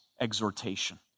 Exhortation